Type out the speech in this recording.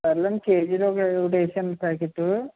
సర్లెండి కేజీది ఒక ఒకటి వేసేయండి ప్యాకెట్